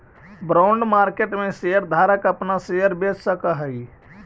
bond market में share धारक अपना शेयर बेच सकऽ हई